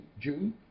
June